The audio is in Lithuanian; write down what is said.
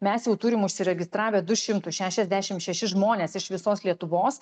mes jau turim užsiregistravę du šimtus šešiasdešimt šešis žmonės iš visos lietuvos